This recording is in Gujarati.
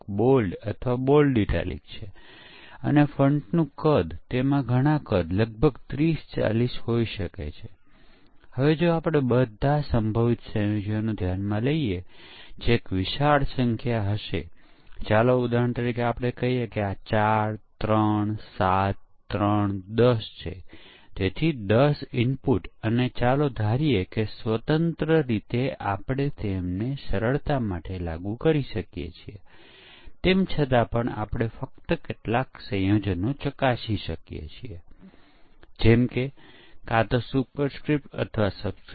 તેથી આ ફોર્મમાં એકવાર પરીક્ષણ કેસની રચના અને દસ્તાવેજીકરણ થઈ જાય છે કે તે સ્ટેટ શું છે કે જેમાં આપણે લૉગિન ઇનપુટ કરીશું કે મેનૂ આઇટમ પસંદ કરીશું પછી આપણે પરીક્ષણ ડેટાને ઇનપુટ કરીએ છીએ અને પછી પરિણામ શું આવશે તે જોઈશું જેથી પરીક્ષણ દરમિયાન પરીક્ષક ફક્ત આ પ્રક્રિયા હાથ ધરી શકે અને તપાસી શકે